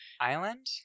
Island